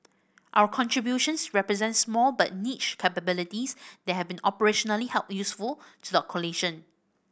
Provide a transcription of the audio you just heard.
our contributions represent small but niche capabilities that have been operationally useful to the coalition